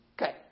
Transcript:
Okay